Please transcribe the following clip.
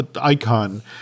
icon